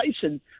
Tyson